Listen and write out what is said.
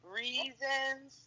reasons